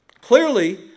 Clearly